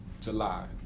July